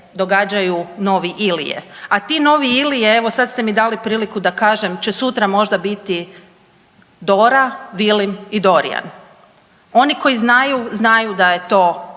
događaju novi Ilije. A ti novi Ilije evo sad ste mi dali priliku da kažem, će sutra možda biti Dora, Vilim i Dorjan. Oni koji znaju, znaju da je to